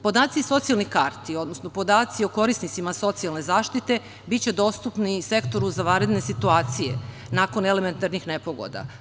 Podaci socijalnih karti, odnosno podaci o korisnicima socijalne zaštite biće dostupni Sektoru za vanredne situacije nakon elementarnih nepogoda.